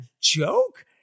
joke